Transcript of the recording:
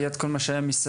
היה את כל מה שהיה מסביב,